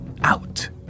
out